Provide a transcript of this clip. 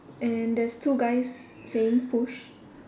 and there's two guys saying push